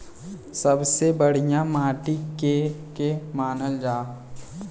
सबसे बढ़िया माटी के के मानल जा?